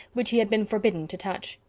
which he had been forbidden to touch.